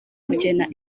kugena